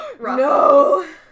No